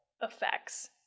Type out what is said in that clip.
effects